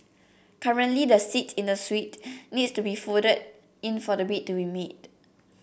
currently the seat in the suite needs to be folded in for the bed to be made